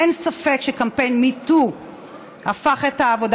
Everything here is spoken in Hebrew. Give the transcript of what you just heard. אין ספק שקמפיין Me Too הפך את העבודה